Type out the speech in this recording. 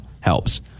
helps